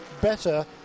better